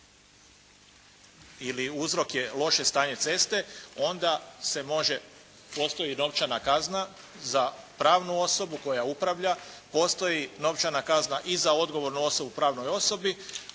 ili uzrok je loše stanje ceste onda se može, postoji novčana kazna za pravnu osobu koja upravlja, postoji novčana kazna i za odgovornu osobu u pravnoj osobi.